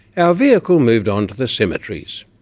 our vehicle moved on to the cemeteries.